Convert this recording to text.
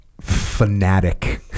fanatic